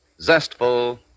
Zestful